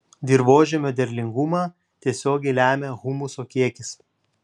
dirvožemio derlingumą tiesiogiai lemia humuso kiekis